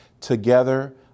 Together